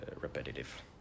repetitive